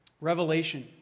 Revelation